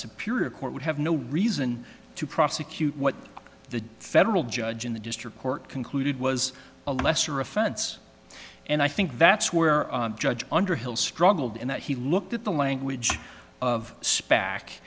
superior court would have no reason to prosecute what the federal judge in the district court concluded was a lesser offense and i think that's where judge underhill struggled in that he looked at the language of